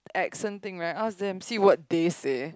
accent thing right ask them see what they say